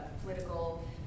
political